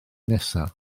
nesaf